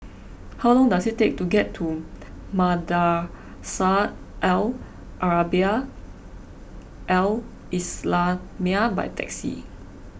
how long does it take to get to Madrasah Al Arabiah Al Islamiah by taxi